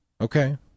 Okay